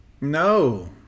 No